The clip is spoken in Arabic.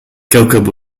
كوكب